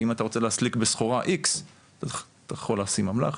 כי אם אתה רוצה להסליק בסחורה X אתה יכול לשים אמל"ח,